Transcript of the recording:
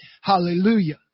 Hallelujah